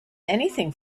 anything